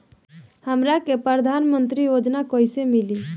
हमरा के प्रधानमंत्री योजना कईसे मिली?